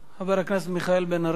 חבר הכנסת מיכאל בן-ארי